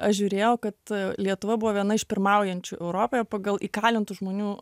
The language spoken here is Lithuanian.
aš žiūrėjau kad lietuva buvo viena iš pirmaujančių europoje pagal įkalintų žmonių